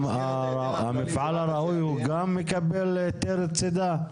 המפעל הראוי הוא גם מקבל היתר צידה?